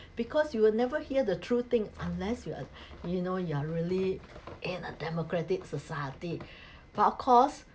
because you will never hear the true thing unless you are you know you are really in a democratic society but of course